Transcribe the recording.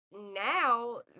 now